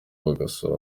bagosora